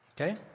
Okay